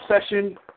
session